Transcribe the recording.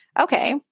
okay